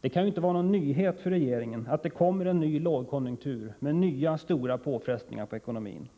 Det kan inte vara någon nyhet för regeringen att det kommer en ny lågkonjunktur med nya stora påfrestningar på ekonomin.